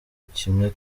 kimwe